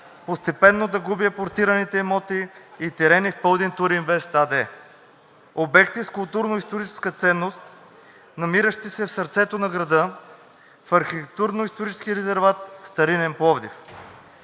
постепенно да губи апортираните имоти и терени в „Пълдин Туринвест“ АД, обекти с културно-историческа ценност, намиращи се в сърцето на града, в архитектурно-исторически резерват „Старинен Пловдив“.